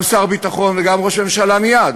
גם שר הביטחון וגם ראש הממשלה,